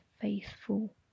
faithful